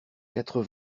quatre